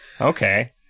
Okay